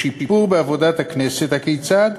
שיפור בעבודת הכנסת כיצד?